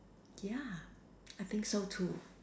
ya I think so too